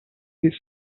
this